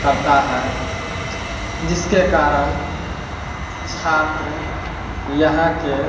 करता है जिसके कारण छात्र यहाँ के